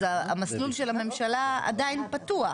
אז המסלול של הממשלה עדיין פתוח,